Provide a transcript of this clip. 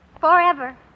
forever